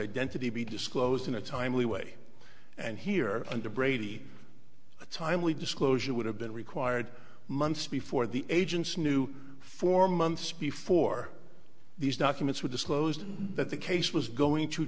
identity be disclosed in a timely way and here under brady a timely disclosure would have been required months before the agents knew for months before these documents were disclosed that the case was going to